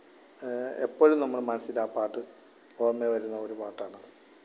എപ്പോഴും നമ്മൾ മനസിൽ ആ പാട്ട് ഓര്മയില് വരുന്ന ഒരു പാട്ടാണത്